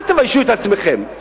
אל תביישו את עצמכם,